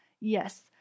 yes